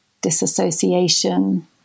disassociation